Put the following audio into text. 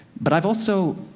but i've also,